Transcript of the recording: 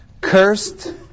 Cursed